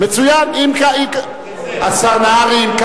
מצוין, השר נהרי.